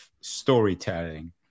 storytelling